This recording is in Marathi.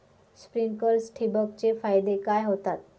स्प्रिंकलर्स ठिबक चे फायदे काय होतात?